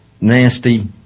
nasty